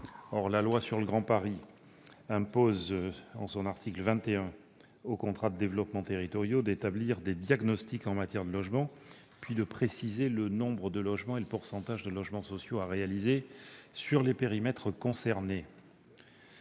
de la loi sur le Grand Paris impose aux contrats de développement territoriaux d'établir des diagnostics en matière de logement, puis de préciser le nombre de logements et le pourcentage de logements sociaux à réaliser au sein des périmètres concernés.